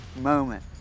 moment